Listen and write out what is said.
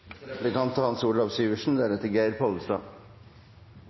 neste gang. Representanten Hans Olav Syversen